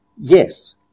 Yes